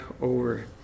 over